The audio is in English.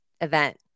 event